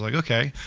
like okay,